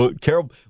Carol